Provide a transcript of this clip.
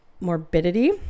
morbidity